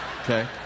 Okay